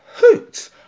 hoot